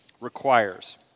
requires